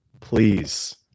please